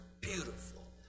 beautiful